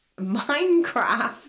minecraft